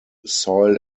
soil